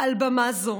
על במה זו: